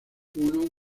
uno